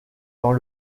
dans